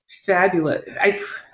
fabulous